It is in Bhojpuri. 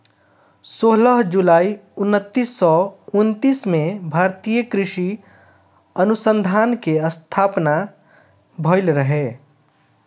सोलह जुलाई उन्नीस सौ उनतीस में भारतीय कृषि अनुसंधान के स्थापना भईल रहे